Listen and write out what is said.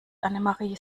annemarie